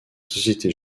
société